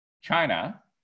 china